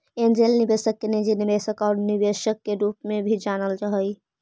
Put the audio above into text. angel निवेशक के निजी निवेशक आउ बीज निवेशक के रूप में भी जानल जा हइ